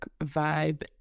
vibe